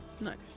Nice